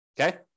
okay